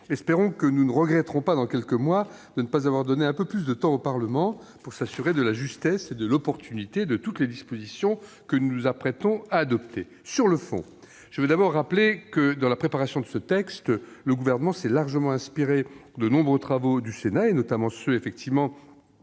Espérons que nous ne regretterons pas dans quelques mois de ne pas avoir donné un peu plus de temps au Parlement pour nous assurer de la justesse et de l'opportunité de toutes les dispositions que nous nous apprêtons à adopter. Sur le fond, je tiens à rappeler que, dans la préparation de ce texte, le Gouvernement s'est largement inspiré de nombreux travaux du Sénat, notamment ceux de